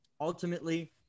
Ultimately